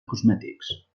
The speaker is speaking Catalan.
cosmètics